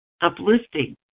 uplifting